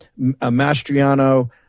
Mastriano